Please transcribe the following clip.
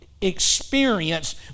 experience